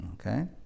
Okay